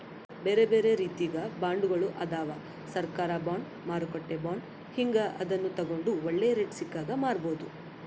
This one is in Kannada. ಬೇರೆಬೇರೆ ರೀತಿಗ ಬಾಂಡ್ಗಳು ಅದವ, ಸರ್ಕಾರ ಬಾಂಡ್, ಮಾರುಕಟ್ಟೆ ಬಾಂಡ್ ಹೀಂಗ, ಅದನ್ನು ತಗಂಡು ಒಳ್ಳೆ ರೇಟು ಸಿಕ್ಕಾಗ ಮಾರಬೋದು